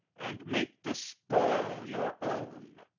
and make the spoil your own.